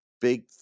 big